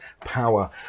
power